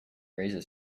raises